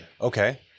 Okay